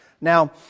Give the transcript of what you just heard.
Now